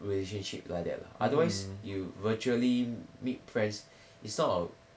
relationship like that lah otherwise you virtually meet friends it's not a